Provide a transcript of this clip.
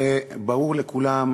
הרי ברור לכולם,